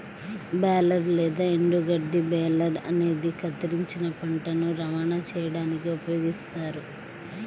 baler లేదా ఎండుగడ్డి baler అనేది కత్తిరించిన పంటను రవాణా చేయడానికి ఉపయోగిస్తారు